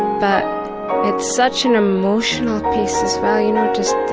but it's such an emotional piece, as well you know, just